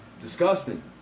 disgusting